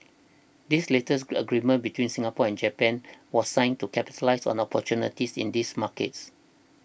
this latest agreement between Singapore and Japan was signed to capitalise on opportunities in these markets